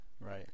right